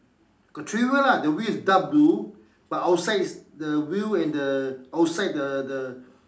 got three wheel lah the wheel is dark blue but outside is the wheel and the outside the the